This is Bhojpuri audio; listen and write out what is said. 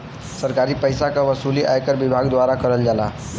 सरकारी पइसा क वसूली आयकर विभाग द्वारा करल जाला